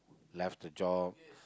left the job